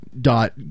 dot